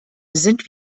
sind